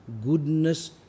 goodness